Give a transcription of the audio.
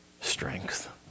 strength